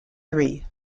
three